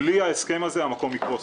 בלי ההסכם הזה המקום יקרוס.